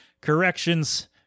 corrections